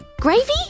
Gravy